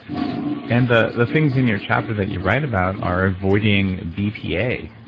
and the the things in your chapter that you write about are avoiding bpa,